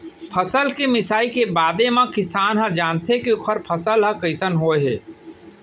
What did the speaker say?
फसल के मिसाई के बादे म किसान ह जानथे के ओखर फसल ह कइसन होय हे